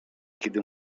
kiedy